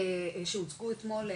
שהוצגו אתמול לשר,